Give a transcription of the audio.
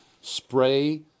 spray